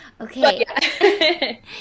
okay